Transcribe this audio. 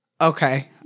Okay